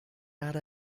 erde